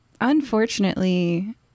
Unfortunately